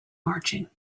marching